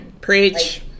preach